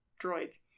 droids